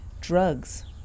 drugs